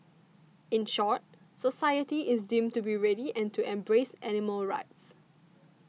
in short society is deemed to be ready and to embrace animal rights